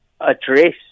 address